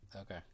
okay